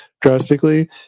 drastically